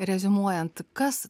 reziumuojant kas